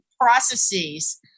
processes